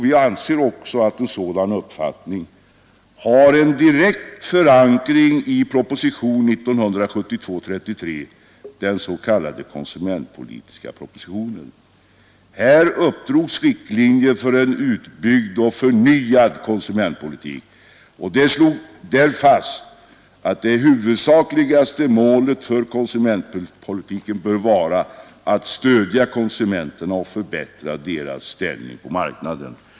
Vi anser också att en sådan uppfattning har en direkt förankring i proposition 33 år 1972, den s.k. konsumentpolitiska propositionen. Där uppdrogs riktlinjer för en utbyggd och förnyad konsumentpolitik. Där slogs fast att det huvudsakliga målet för konsumentpolitiken bör vara att stödja konsumenterna och förbättra deras ställning på marknaden.